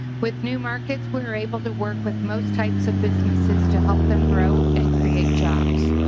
with new markets we are able to work with most types of businesses to help them grow and create jobs.